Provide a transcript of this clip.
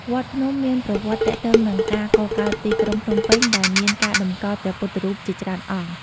វត្តភ្នំមានប្រវត្តិទាក់ទងនឹងការកកើតទីក្រុងភ្នំពេញ ដែលមានការតម្កល់ព្រះពុទ្ធរូបជាច្រើនអង្គ។